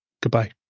Goodbye